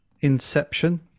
Inception